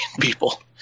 people